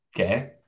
Okay